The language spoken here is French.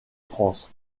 france